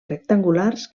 rectangulars